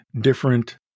different